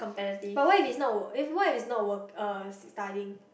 but what if is not wor~ what if is not uh studying